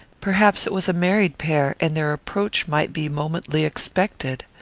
perhaps it was a married pair, and their approach might be momently expected.